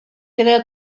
кенә